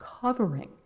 covering